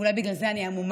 ואולי בגלל זה אני המומה,